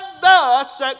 thus